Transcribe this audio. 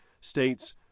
states